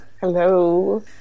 hello